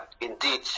indeed